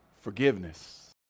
forgiveness